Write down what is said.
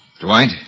Dwight